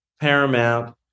Paramount